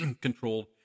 controlled